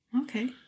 Okay